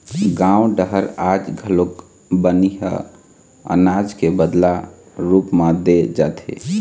गाँव डहर आज घलोक बनी ह अनाज के बदला रूप म दे जाथे